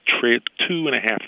two-and-a-half